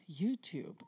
YouTube